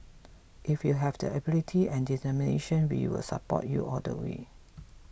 if you have the ability and determination we will support you all the way